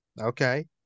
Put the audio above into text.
Okay